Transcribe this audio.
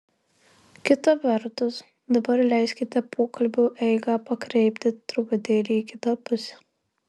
kita vertus dabar leiskite pokalbio eigą pakreipti truputėlį į kitą pusę